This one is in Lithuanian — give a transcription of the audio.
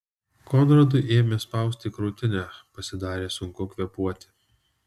konradui ėmė spausti krūtinę pasidarė sunku kvėpuoti